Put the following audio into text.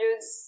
use